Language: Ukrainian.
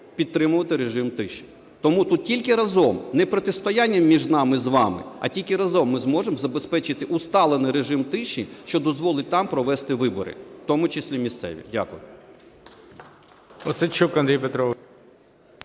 підтримувати режим тиші. Тому тут тільки разом, не протистоянням між нами з вами, а тільки разом ми зможемо забезпечити усталений режим тиші, що дозволить нам провести вибори, в тому числі місцеві. Дякую.